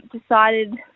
decided